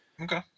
Okay